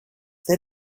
that